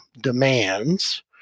demands